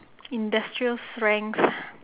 industrial strength